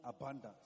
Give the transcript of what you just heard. abundance